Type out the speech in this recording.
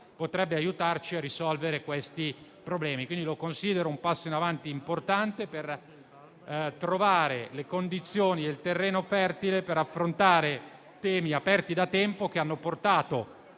potrebbe aiutarci a risolvere questi problemi. Considero ciò un passo in avanti importante per trovare le condizioni e il terreno fertile per affrontare temi aperti da tempo, che hanno portato